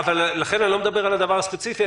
לכן אני לא מדבר על הדבר הספציפי,